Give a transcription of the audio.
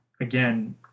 again